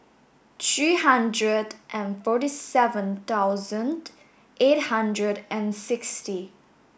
three hundred and forty seven thousand eight hundred and sixty